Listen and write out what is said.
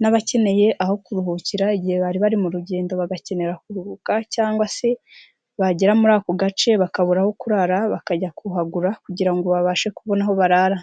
n'abakeneye aho kuruhukira, igihe bari bari mu rugendo, bagakenera kuruhuka cyangwa se bagera muri ako gace, bakabura aho kurara, bakajya kuhagura, kugira ngo babashe kubona aho barara.